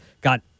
got